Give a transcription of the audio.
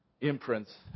imprints